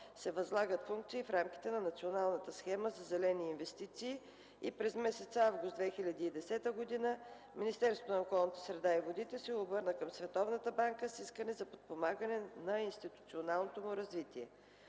се възлагат функции в рамките на Националната схема за зелени инвестиции и през месец август 2010 г. Министерството на околната среда и водите се обърна към Световната банка с искане за подпомагане на институционалното му развитие.